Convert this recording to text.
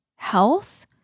health